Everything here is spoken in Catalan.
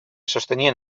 sostenien